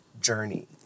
journey